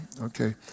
Okay